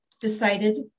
Decided